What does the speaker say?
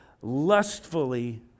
lustfully